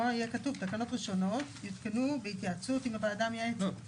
במקומו יהיה כתוב תקנות ראשונות יותקנו בהתייעצות עם הוועדה המייעצת.